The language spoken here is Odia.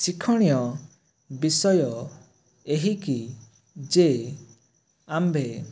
ଶିକ୍ଷଣୀୟ ବିଷୟ ଏହିକି ଯେ ଆମ୍ଭେ